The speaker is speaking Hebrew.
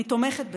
אני תומכת בזה.